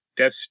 Death